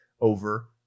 over